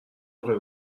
میخوای